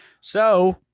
So-